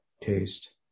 Taste